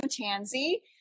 tansy